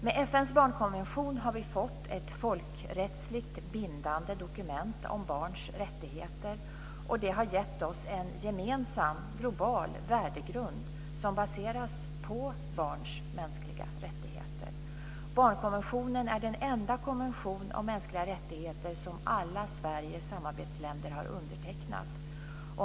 Med FN:s barnkonvention har vi fått ett folkrättsligt bindande dokument om barns rättigheter. Det har gett oss en gemensam global värdegrund som baseras på barns mänskliga rättigheter. Barnkonventionen är den enda konvention om mänskliga rättigheter som alla Sveriges samarbetsländer har undertecknat.